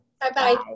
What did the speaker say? Bye-bye